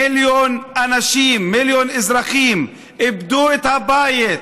מיליון אנשים, מיליון אזרחים איבדו את הבית,